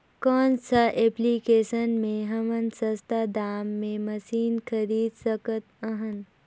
कौन सा एप्लिकेशन मे हमन सस्ता दाम मे मशीन खरीद सकत हन?